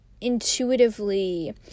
intuitively